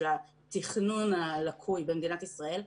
של התכנון הלקוי במדינת ישראל.